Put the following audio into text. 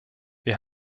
wir